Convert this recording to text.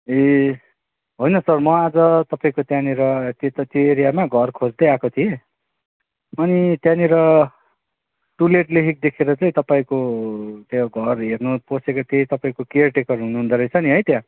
ए होइन सर म आज तपाईँको त्यहाँनिर त्यो एरियामा घर खोज्दै आएको थिएँ अनि त्यहाँनिर टु लेट लेखेको देखेर चाहिँ तपाईँको त्यो घर हेर्नु पसेको थिएँ तपाईँको केयरटेकर हुनुहुँदो रहेछ नि है त्यहाँ